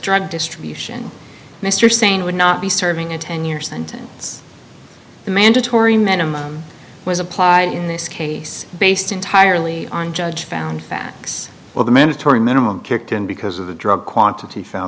drug distribution mr sane would not be serving a ten year sentence the mandatory minimum was applied in this case based entirely on judge found facts well the mandatory minimum kicked in because of the drug quantity f